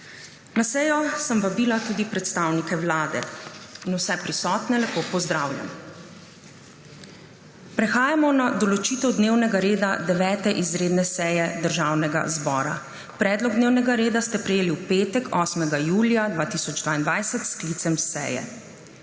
Na sejo sem vabila tudi predstavnike Vlade. Vse prisotne lepo pozdravljam! Prehajamo na **določitev dnevnega reda** 9. izredne seje Državnega zbora. Predlog dnevnega reda ste prejeli v petek, 8. julija 2022, s sklicem seje.